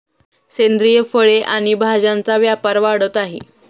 सेंद्रिय फळे आणि भाज्यांचा व्यापार वाढत आहे